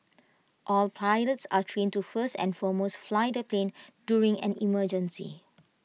all pilots are trained to first and foremost fly the plane during an emergency